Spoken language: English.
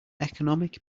economic